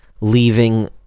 leaving